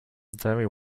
very